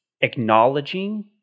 acknowledging